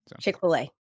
Chick-fil-A